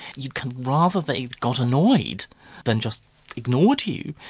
you could rather that he got annoyed than just ignored you,